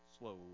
Slow